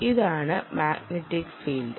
ഇതാണ് magnetic field